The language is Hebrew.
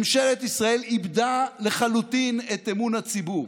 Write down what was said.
ממשלת ישראל איבדה לחלוטין את אמון הציבור,